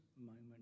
moment